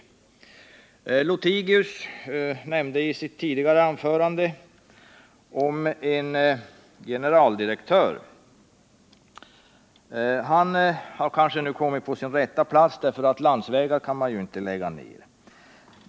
Carl-Wilhelm Lothigius nämnde i sitt anförande en generaldirektör, som nu kanske har kommit på sin rätta plats — landsvägar kan man ju inte lägga ner.